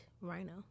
rhino